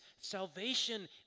salvation